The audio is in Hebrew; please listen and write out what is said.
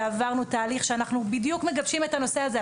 ועברנו תהליך שאנחנו בדיוק מגבשים את הנושא הזה,